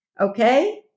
Okay